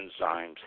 enzymes